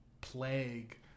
plague